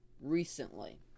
recently